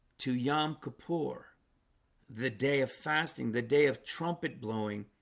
to yom kippur the day of fasting the day of trumpet blowing